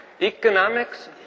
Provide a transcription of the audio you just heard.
Economics